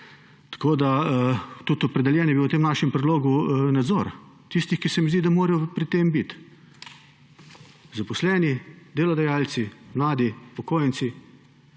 nazivu. Tudi opredeljen je bil v tem našem predlogu nadzor tistih, za katere se mi zdi, da morajo pri tem biti: zaposleni, delodajalci, mladi, upokojenci.